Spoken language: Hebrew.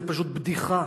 זו פשוט בדיחה.